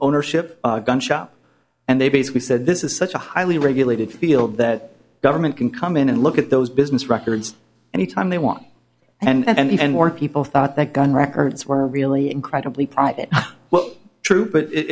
ownership gun shop and they basically said this is such a highly regulated field that government can come in and look at those business records and each time they want and even more people thought that gun records were really incredibly private well true but it